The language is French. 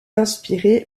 inspiré